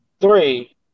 Three